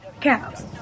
Cows